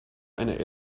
eine